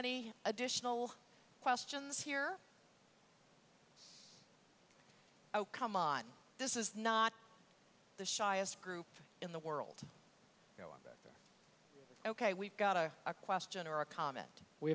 any additional questions here come on this is not the shyest group in the world ok we've got a question or a comment we